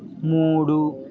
మూడు